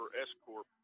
S-Corp